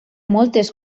moltes